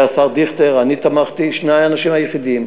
היה השר דיכטר, אני תמכתי, שני האנשים היחידים.